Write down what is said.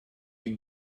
you